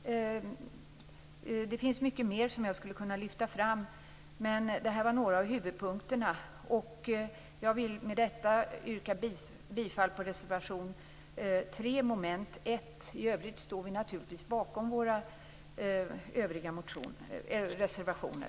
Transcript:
Det finns mycket mer som jag skulle kunna lyfta fram, men det här var några av huvudpunkterna. Jag vill med detta yrka bifall till reservation 3, som gäller mom. 1. I övrigt står vi naturligtvis bakom våra övriga reservationer.